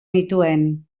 nituen